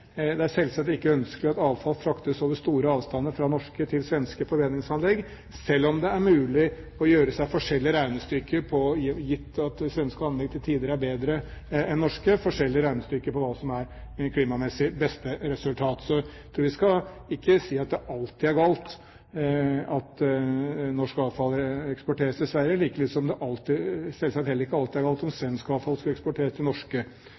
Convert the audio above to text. Det er selvsagt ikke ønskelig at avfall fraktes over store avstander, fra norske til svenske forbrenningsanlegg, selv om det er mulig å gjøre seg forskjellige regnestykker gitt at svenske anlegg til tider er bedre enn norske; forskjellige regnestykker om hva som klimamessig er beste resultat. Så jeg tror ikke vi skal si at det alltid er galt at norsk avfall eksporteres til Sverige, like lite som det alltid vil være galt om svensk avfall skulle eksporteres til norske forbrenningsanlegg. Men det er ingen ønskelig situasjon at Norge og de norske